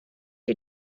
you